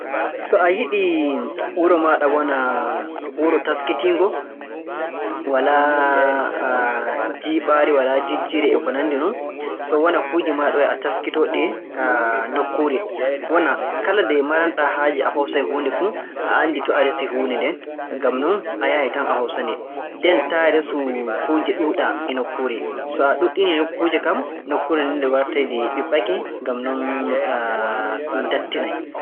So a yiɗii wuro maaɗa wona wuro taskitiingo walaa jiiɓaare, walaa jijjiire, e ko nanndi non. So wona kuuje maaɗa yo taskitoo-ɗee nokkuure. Wona kala nde maran-ɗaa haaje a hoosay huunde fuu, a anndi to a resi huunde nden. Nden taa resu kuuje ɗuuɗa e nokkuure. So a ɗuuɗɗini kuuje kam nokkuure nden nde wartay nde ɓiɓɓake. Ngam non ɗum dattinay.